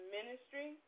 Ministry